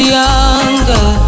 younger